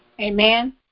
Amen